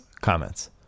comments